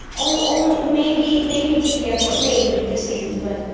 um only maybe maybe to the airport, maybe just maybe, but.